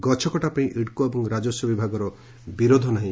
ଗଛ କଟା ପାଇଁ ଇଡ୍କୋ ଏବଂ ରାଜସ୍ୱ ବିଭାଗର ବିରୋଧ ନାହିଁ